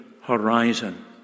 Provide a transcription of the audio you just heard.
horizon